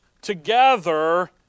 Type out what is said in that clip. together